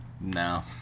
No